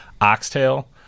oxtail